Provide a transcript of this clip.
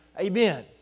Amen